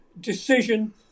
decision